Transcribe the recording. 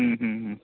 हं हं हं